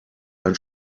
ein